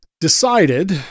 decided